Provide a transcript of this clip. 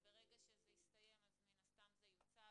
וברגע שזה יסתיים אז מן הסתם זה יוצג.